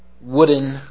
wooden